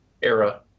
era